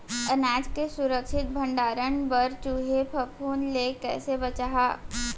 अनाज के सुरक्षित भण्डारण बर चूहे, फफूंद ले कैसे बचाहा?